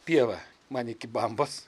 pieva man iki bambos